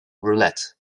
roulette